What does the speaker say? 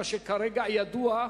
מה שכרגע ידוע.